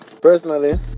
personally